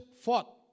fought